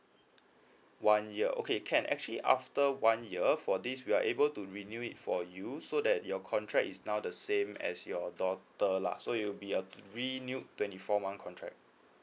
one year okay can actually after one year for this we are able to renew it for you so that your contract is now the same as your daughter lah so you'll be a renewed twenty four month contract